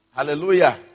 Hallelujah